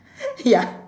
ya